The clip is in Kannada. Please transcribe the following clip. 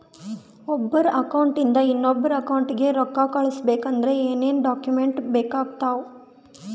ಒಬ್ಬರ ಅಕೌಂಟ್ ಇಂದ ಇನ್ನೊಬ್ಬರ ಅಕೌಂಟಿಗೆ ರೊಕ್ಕ ಕಳಿಸಬೇಕಾದ್ರೆ ಏನೇನ್ ಡಾಕ್ಯೂಮೆಂಟ್ಸ್ ಬೇಕಾಗುತ್ತಾವ?